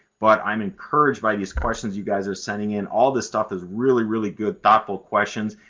but i'm encouraged by these questions you guys are sending in. all this stuff is really, really good thoughtful questions.